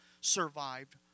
survived